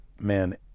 man